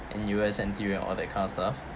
N_U_S N_T_U and all that kind of stuff